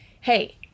Hey